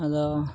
ᱟᱫᱚ